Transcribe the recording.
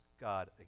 God